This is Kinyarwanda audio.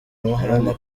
amahane